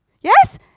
Yes